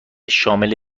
شامل